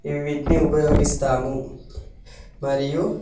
ఇవి వీటిని ఉపయోగిస్తాము మరియు